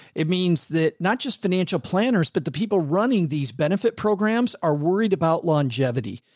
it means that not just financial planners, but the people running these benefit programs are worried about longevity.